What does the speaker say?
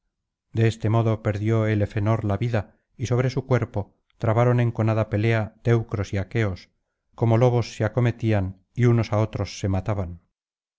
de este modo perdió elefenor la vida y sobre su cuerpo trabaron enconada pelea teucros y aqueos como lobos se acometían y unos á otros se mataban